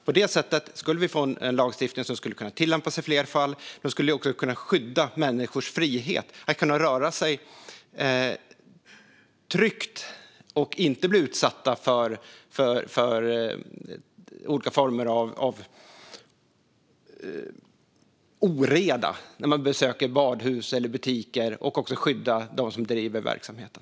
På detta sätt skulle vi få en lagstiftning som kan tillämpas i fler fall och också skydda människors frihet så att de kan röra sig tryggt utan att bli utsatta för olika former av oreda när de besöker badhus och butiker. Det skulle också skydda dem som driver verksamheten.